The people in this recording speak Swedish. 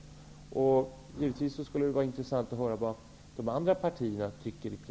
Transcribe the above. Det skulle givetvis också vara intressant att höra vad de andra partierna tycker.